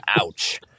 ouch